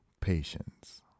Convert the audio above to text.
patience